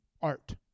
art